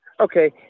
Okay